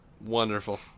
Wonderful